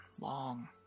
long